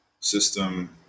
system